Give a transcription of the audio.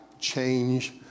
change